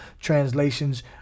translations